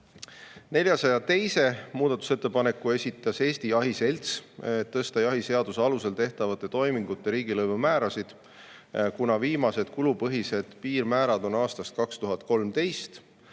402. muudatusettepaneku esitas Eesti Jahi[meeste] Selts, et tõsta jahiseaduse alusel tehtavate toimingute riigilõivumäärasid, kuna viimased kulupõhised piirmäärad on aastast 2013.